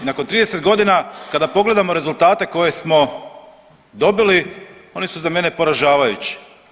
I nakon 30 godina kada pogledamo rezultate koje smo dobili oni su za mene poražavajući.